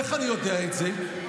איך אני יודע את זה?